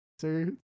sir